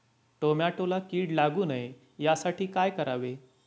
टोमॅटोला कीड लागू नये यासाठी काय करावे?